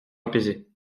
apaisée